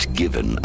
given